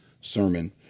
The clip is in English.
sermon